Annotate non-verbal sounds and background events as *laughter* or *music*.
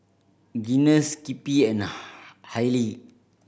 Guinness Skippy and *unintelligible* Haylee